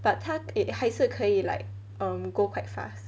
but 它 it 还是可以 like um go quite fast